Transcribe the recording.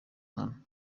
nkana